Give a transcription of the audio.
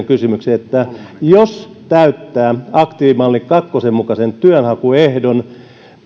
kysymykseen että jos täyttää aktiivimalli kakkosen mukaisen työnhakuehdon